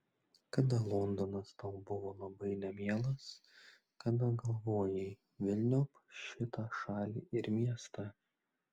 kada londonas tau buvo labai nemielas kada galvojai velniop šitą šalį ir miestą